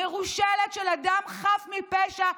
מרושלת של אדם חף מפשע.